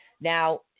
now